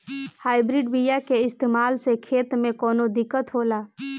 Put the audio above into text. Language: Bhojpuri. हाइब्रिड बीया के इस्तेमाल से खेत में कौन दिकत होलाऽ?